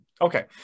Okay